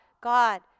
God